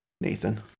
Nathan